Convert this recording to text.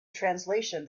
translation